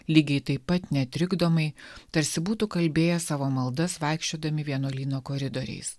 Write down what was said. lygiai taip pat netrikdomai tarsi būtų kalbėję savo maldas vaikščiodami vienuolyno koridoriais